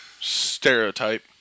Stereotype